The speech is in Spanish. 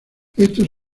estos